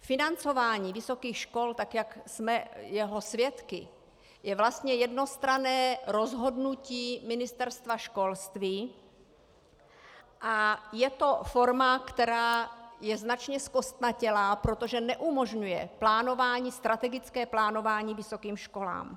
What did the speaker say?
Financování vysokých škol, tak jak jsme jeho svědky, je vlastně jednostranné rozhodnutí Ministerstva školství a je to forma, která je značně zkostnatělá, protože neumožňuje strategické plánování vysokým školám.